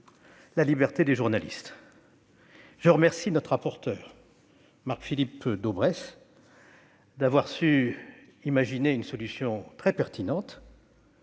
la liberté des journalistes. Je remercie notre rapporteur, Marc-Philippe Daubresse, d'avoir su imaginer une solution très pertinente